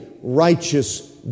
righteous